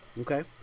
Okay